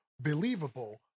believable